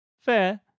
fair